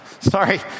Sorry